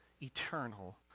eternal